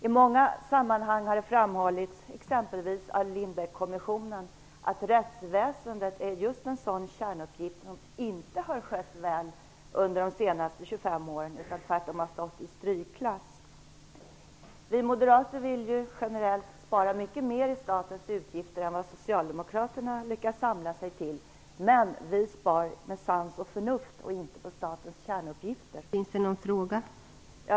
I många sammanhang har det framhållits, exempelvis av Lindbeckkommissionen, att rättsväsendet är just en sådan kärnuppgift som inte har skötts väl under de senaste 25 åren, utan tvärtom har stått i strykklass. Vi moderater vill ju generellt spara mycket mer i statens utgifter än vad Socialdemokraterna lyckas samla sig till, men vi spar med sans och förnuft och inte på statens kärnuppgifter.